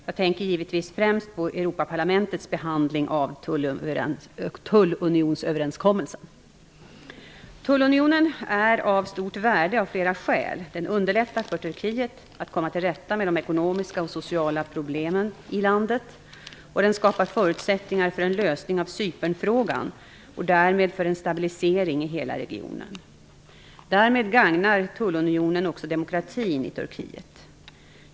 Jag tänker givetvis främst på Europaparlamentets behandling av tullunionsöverenskommelsen. Tullunionen är av stort värde av flera skäl. Den underlättar för Turkiet att komma till rätta med de ekonomiska och sociala problemen i landet, och den skapar förutsättningar för en lösning av Cypernfrågan och därmed för en stabilisering i hela regionen. Därmed gagnar tullunionen också demokratin i Turkiet.